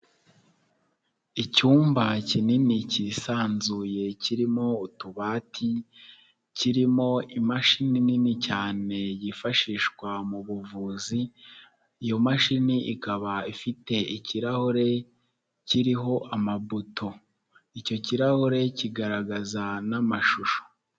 Icyumba kinini kisanzuye kirimo utubati, kirimo imashini nini cyane yifashishwa mu buvuzi, iyo mashini ikaba ifite ikirahure kiriho amabuto, icyo kirahure kigaragaza n'amashusho.